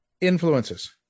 Influences